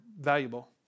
valuable